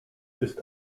ist